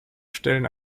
stellen